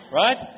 right